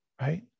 right